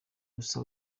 gusa